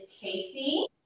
Casey